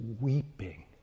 weeping